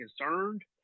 concerned